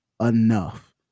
enough